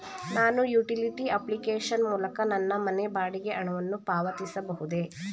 ನಾನು utility application ಮೂಲಕ ನನ್ನ ಮನೆ ಬಾಡಿಗೆ ಹಣವನ್ನು ಪಾವತಿಸಬಹುದೇ?